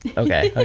okay, okay.